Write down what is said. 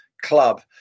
club